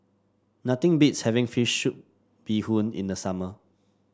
nothing beats having fish soup Bee Hoon in the summer